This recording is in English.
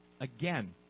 again